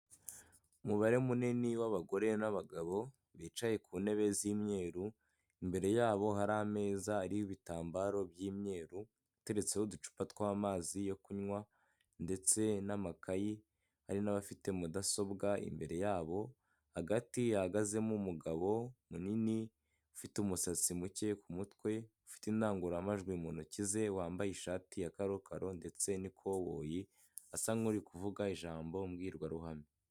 Umubare munini w'abagore n'abagabo bicaye ku ntebe z'imyeru, imbere yabo hari ameza ariho ibitambaro by'imyeru, ateretseho uducupa tw'amazi yo kunywa, ndetse n'amakayi hari n'abafite mudasobwa imbere yabo, hagati hahagazemo umugabo munini ufite umusatsi muke ku mutwe, ufite indangururamajwi mu ntoki ze; wambaye ishati ya karokaro ndetse n'ikoboyi, asa n'uri kuvuga ijambo mbwirwaruhame.